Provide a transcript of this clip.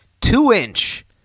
two-inch